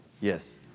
Yes